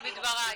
פנינה,